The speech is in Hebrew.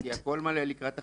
כי הכל מלא לקראת החגים,